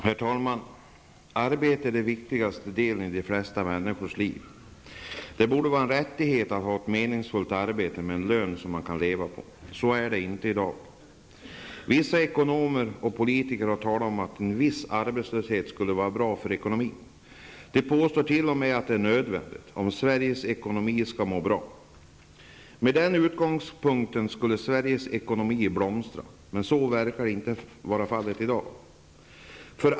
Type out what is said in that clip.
Herr talman! Arbete är den viktigaste delen i de flesta människors liv. Det borde vara en rättighet att ha ett meningsfullt arbete med en lön som man kan leva på. Så är det inte i dag. Vissa ekonomer och politiker har talat om att en viss arbetslöshet skulle vara bra för ekonomin. De påstår t.o.m. att det är nödvändigt om Sveriges ekonomi skall må bra. Med den utgångspunkten skulle Sveriges ekonomi blomstra, men så verkar inte vara fallet i dag.